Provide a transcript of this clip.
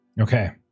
Okay